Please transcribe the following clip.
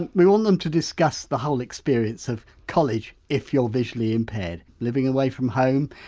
and we want them to discuss the whole experience of college if you're visually impaired living away from home,